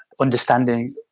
understanding